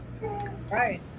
Right